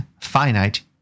finite